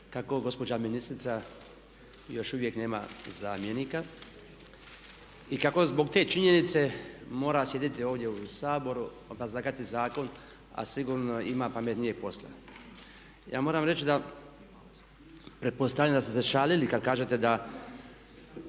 kako gospođa ministrica još uvijek nema zamjenika i kako zbog te činjenice mora sjediti ovdje u Saboru, obrazlagati zakon a sigurno ima pametnijeg posla. Ja moram reći da pretpostavljam da ste se šalili kad kažete da